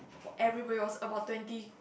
everybody was about twenty